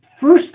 first